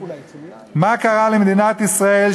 מה קרה למדינת ישראל,